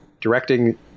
directing